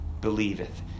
believeth